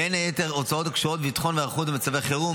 בין היתר הוצאות הקשורות בביטחון והיערכות במצבי חירום,